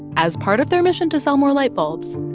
as part of their mission to sell more light bulbs,